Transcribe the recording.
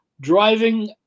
driving